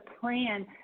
plan